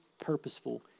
purposeful